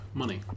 money